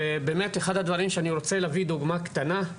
ובאמת אחד הדברים שאני רוצה להביא דוגמא קטנה,